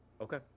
Okay